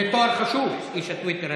זה תואר חשוב, איש הטוויטר.